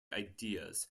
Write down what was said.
ideas